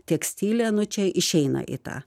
tekstilė nu čia išeina į tą